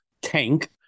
tank